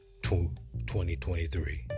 2023